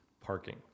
parking